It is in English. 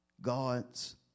God's